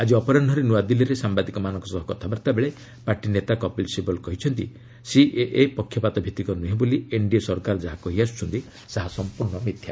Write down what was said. ଆଜି ଅପରାହୁରେ ନୂଆଦିଲ୍ଲୀରେ ସାମ୍ବାଦିକମାନଙ୍କ ସହ କଥାବାର୍ତ୍ତା ବେଳେ ପାର୍ଟି ନେତା କପିଲ ସିବଲ କହିଛନ୍ତି ସିଏଏ ପକ୍ଷପାତଭିତ୍ତିକ ନୁହେଁ ବୋଲି ଏନ୍ଡିଏ ସରକାର ଯାହା କହିଆସୁଚ୍ଚନ୍ତି ତାହା ସମ୍ପର୍ଣ୍ଣ ମିଥ୍ୟା